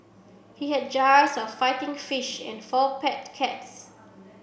he had jars of fighting fish and four pet cats